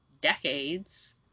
decades